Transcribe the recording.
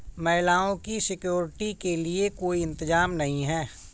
महिलाओं की सिक्योरिटी के लिए कोई इंतजाम नहीं है